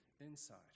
inside